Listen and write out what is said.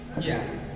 Yes